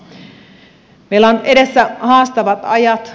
meillä on edessä haastavat ajat